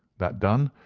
that done,